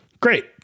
Great